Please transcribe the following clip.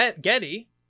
Getty